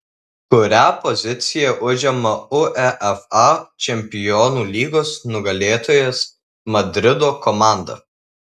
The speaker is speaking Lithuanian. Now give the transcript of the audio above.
kurią poziciją užima uefa čempionų lygos nugalėtojas madrido komanda